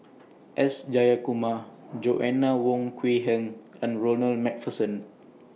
S Jayakumar Joanna Wong Quee Heng and Ronald MacPherson